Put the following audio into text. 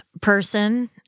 person